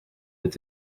with